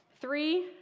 Three